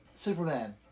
Superman